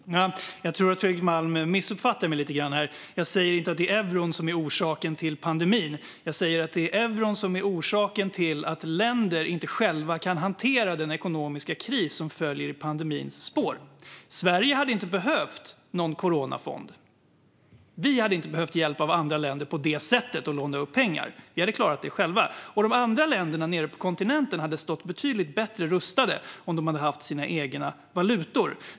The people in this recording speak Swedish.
Fru talman! Jag tror att Fredrik Malm missuppfattar mig lite grann. Jag säger inte att det är euron som är orsaken till pandemin; jag säger att det är euron som är orsaken till att inte länderna själva kan hantera den ekonomiska kris som följer i pandemins spår. Sverige hade inte behövt någon coronafond. Vi hade inte behövt hjälp av andra länder på det sättet för att låna upp pengar. Vi hade klarat det själva. De andra länderna nere på kontinenten hade stått betydligt bättre rustade om de hade haft sina egna valutor.